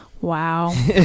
Wow